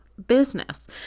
business